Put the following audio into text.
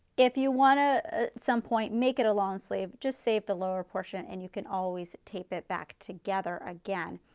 if you want to at some point make it a long sleeve just save the lower portion and you can always tape it back together again.